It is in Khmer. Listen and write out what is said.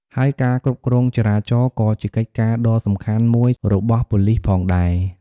ហើយការគ្រប់គ្រងចរាចរណ៍ក៏ជាកិច្ចការដ៏សំខាន់មួយរបស់ប៉ូលីសផងដែរ។